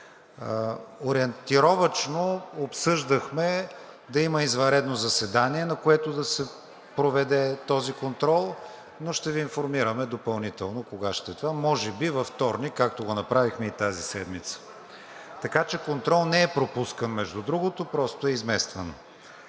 Ориентировъчно обсъждахме да има извънредно заседание, на което да се проведе този контрол, но ще Ви информираме допълнително кога ще е това – може би във вторник, както го направихме и тази седмица. Така че контрол не е пропускан, между другото, просто е изместван.